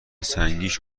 سنگیش